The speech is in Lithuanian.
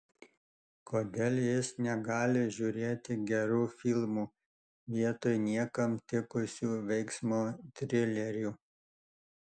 kodėl jis negali žiūrėti gerų filmų vietoj niekam tikusių veiksmo trilerių